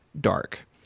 dark